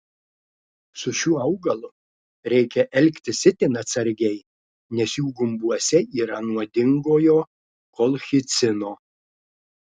su šiuo augalu reikia elgtis itin atsargiai nes jų gumbuose yra nuodingojo kolchicino